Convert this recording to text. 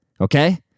okay